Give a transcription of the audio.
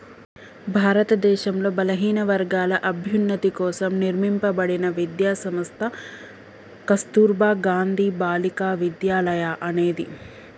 భారతదేశంలో బలహీనవర్గాల అభ్యున్నతి కోసం నిర్మింపబడిన విద్యా సంస్థ కస్తుర్బా గాంధీ బాలికా విద్యాలయ అనేది